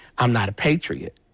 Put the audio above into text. i'm not a patriot.